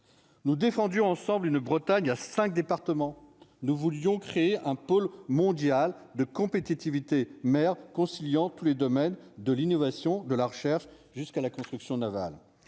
nous défendu ensemble une Bretagne à 5 départements, nous voulions créer un pôle mondial de compétitivité Mer conciliant tous les domaines de l'innovation, de la recherche jusqu'à la construction navale